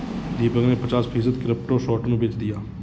दीपक ने पचास फीसद क्रिप्टो शॉर्ट में बेच दिया